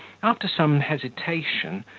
after some hesitation,